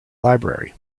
library